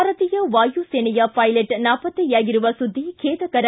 ಭಾರತೀಯ ವಾಯುಸೇನೆಯ ಪೈಲೆಟ್ ನಾಪತ್ತೆಯಾಗಿರುವ ಸುದ್ದಿ ಬೇದಕರ